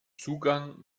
zugang